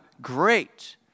great